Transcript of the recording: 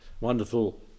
Wonderful